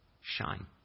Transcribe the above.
shine